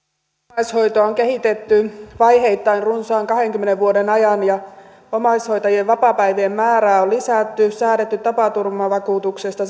omaishoitoa on kehitetty vaiheittain runsaan kahdenkymmenen vuoden ajan ja omaishoitajien vapaapäivien määrää on lisätty säädetty tapaturmavakuutuksesta